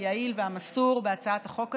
היעיל והמסור בהצעת החוק הזו,